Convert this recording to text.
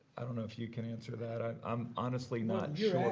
i don't know if you can answer that. i'm i'm honestly not